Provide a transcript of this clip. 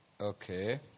Okay